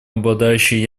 обладающие